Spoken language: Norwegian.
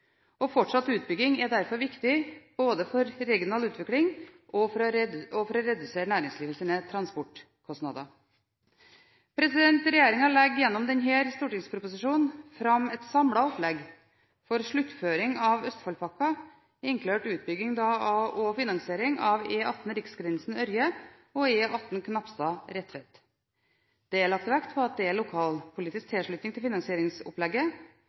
og fortsatt utbygging er derfor viktig for regional utvikling og for å redusere næringslivets transportkostnader. Regjeringen legger gjennom denne stortingsproposisjonen fram et samlet opplegg for sluttføring av Østfoldpakka, inkludert utbygging og finansiering av E18 Riksgrensen–Ørje og E18 Knapstad–Retvet. Det er lagt vekt på at det er lokalpolitisk tilslutning til finansieringsopplegget.